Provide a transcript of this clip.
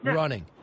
running